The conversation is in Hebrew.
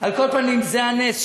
כל פנים, זה הנס.